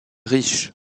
riche